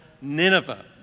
Nineveh